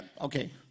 okay